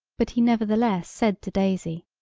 but he nevertheless said to daisy,